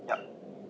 yup